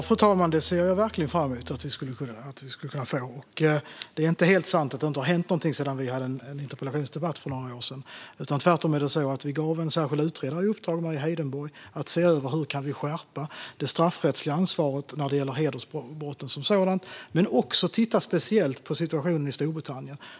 Fru talman! Jag ser verkligen fram emot att vi skulle kunna få det. Det är inte helt sant att det inte har hänt något sedan vi hade en interpellationsdebatt för några år sedan. Tvärtom har vi gett en särskild utredare, Mari Heidenborg, i uppdrag att se över hur vi kan skärpa det straffrättsliga ansvaret när det gäller hedersbrott som sådana men också titta speciellt på situationen i Storbritannien.